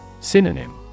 Synonym